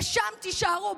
ושם תישארו,